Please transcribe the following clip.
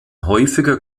häufiger